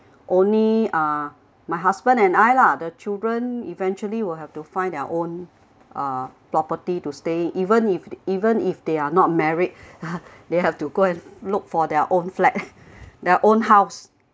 only uh my husband and I lah the children eventually will have to find their own uh property to stay even if even if they are not married they have to go and look for their own flat their own house